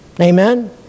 Amen